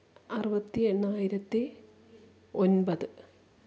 അറുപത്തി എണ്ണായിരത്തി ഒന്പത്